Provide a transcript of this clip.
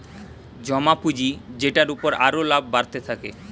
জমা পুঁজি যেটার উপর আরো লাভ বাড়তে থাকে